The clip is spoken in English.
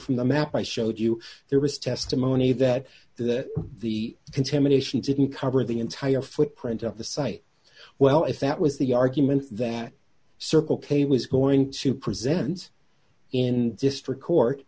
from the map i showed you there was testimony that that the contamination didn't cover the entire footprint of the site well if that was the argument that circle k was going to present in district court